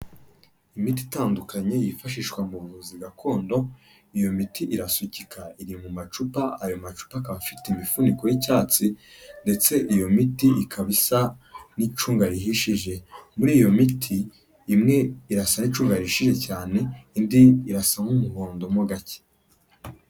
Imiti itandukanye yifashishwa mu buvuzi gakondo iyo miti irasukika iri mu macupa, ayo macupa akaba afite imifuniko y'icyatsi ndetse iyo miti ikaba isa n'icunga rihishije muri iyo miti imwe irasa n'icunga rihishije cyane indi irasa n'umuhondo mo gake.